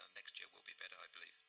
next year will be better, i believe.